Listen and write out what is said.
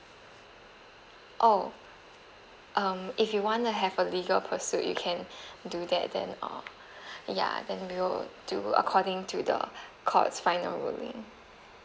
oh um if you wanna have a legal pursuit you can do that then uh ya then we will do according to the court's final ruling